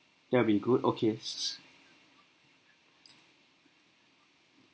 that'll be good okay s~